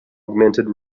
augmented